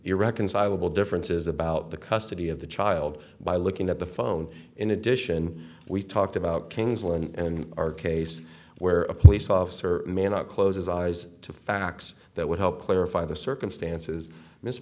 irreconcilable differences about the custody of the child by looking at the phone in addition we talked about king's lynn and our case where a police officer may not close his eyes to facts that would help clarify the circumstances miss